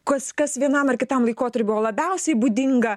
kas kas vienam ar kitam laikotarpiui buvo labiausiai būdinga